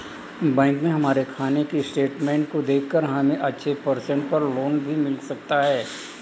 bank में हमारे खाने की स्टेटमेंट को देखकर हमे अच्छे परसेंट पर लोन भी मिल सकता है